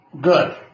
good